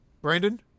Brandon